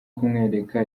kumwereka